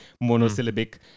monosyllabic